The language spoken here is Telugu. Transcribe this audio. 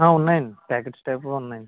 ఉన్నాయి అండి ప్యాకెట్స్ టైపులో ఉన్నాయి